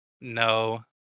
No